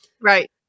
Right